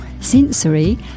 sensory